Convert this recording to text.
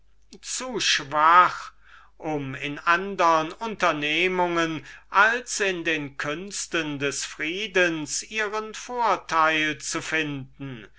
zu schwach um in andern unternehmungen als in den künsten des friedens ihren vorteil zu finden